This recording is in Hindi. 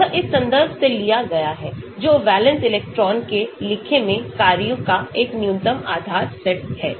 यह इस संदर्भ से लिया गया है जो वैलेंस इलेक्ट्रॉनों के लिखें में कार्यों का एक न्यूनतम आधार सेट है